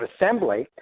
assembly